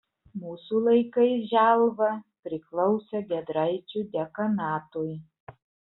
mūsų laikais želva priklausė giedraičių dekanatui